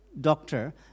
doctor